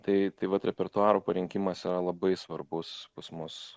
tai tai vat repertuaro parinkimas yra labai svarbus pas mus